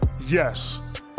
Yes